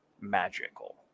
magical